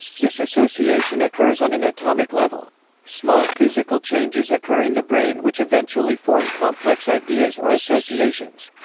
this association occurs on an atomic level. small physical changes occur in the brain which eventually form complex ideas or associations.